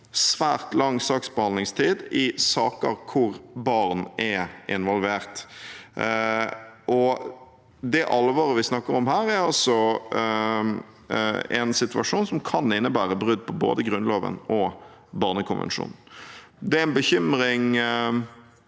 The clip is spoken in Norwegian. svært lang saksbehandlingstid i saker hvor barn er involvert. Det alvoret vi snakker om her, er altså en situasjon som kan innebære brudd på både Grunnloven og barnekonvensjonen. Det er en bekymring